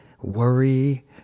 worry